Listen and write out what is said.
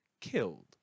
killed